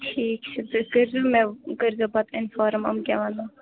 ٹھیٖک چھِ تُہۍ کٔرۍزیو مےٚ کٔرۍزیو پتہٕ اِنفارَم یِم کیٛاہ وَننو